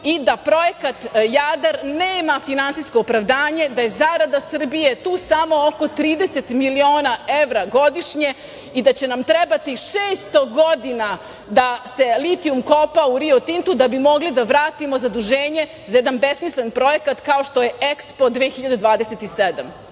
i da projekat „Jadar“ nema finansijsko opravdanje da je zarada Srbije tu sam oko 30 miliona evra godišnje i da će nam trebati 600 godina da se litijum kopa u Rio Tintu da bi mogli da vratimo zaduženje za jedan besmislen projekat kao što je EKSPO 2027.